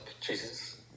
Jesus